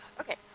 Okay